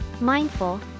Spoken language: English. Mindful